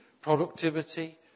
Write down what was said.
productivity